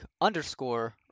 underscore